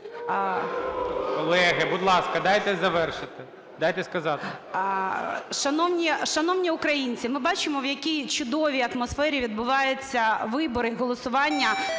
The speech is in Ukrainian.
Колеги, будь ласка, дайте завершити, дайте сказати. ГЕРАЩЕНКО І.В. Шановні українці, ми бачимо, в якій чудовій атмосфері відбуваються вибори, голосування